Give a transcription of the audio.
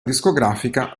discografica